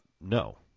no